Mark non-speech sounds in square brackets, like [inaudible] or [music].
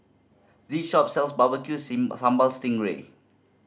this shop sells barbecue [unintelligible] sambal sting ray